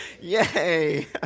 Yay